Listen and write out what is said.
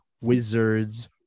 Wizards